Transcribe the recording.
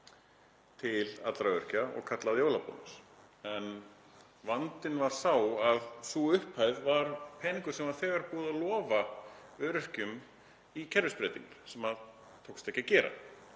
til allra öryrkja og kölluð jólabónus. En vandinn var sá að sú upphæð var peningur sem var þegar búið að lofa öryrkjum í kerfisbreytingar sem tókst ekki að gera